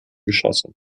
geschosse